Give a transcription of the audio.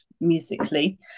musically